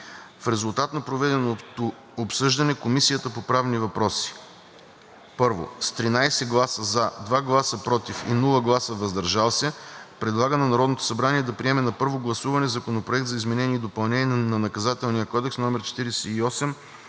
В резултат на проведеното обсъждане Комисията по правни въпроси: - с 13 гласа „за“, 2 гласа „против“ и без „въздържал се“ предлага на Народното събрание да приеме на първо гласуване Законопроект за изменение и допълнение на Наказателния кодекс, №